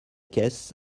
caisse